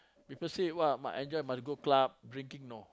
people say what must enjoy must go club drinking no